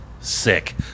sick